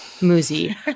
Muzi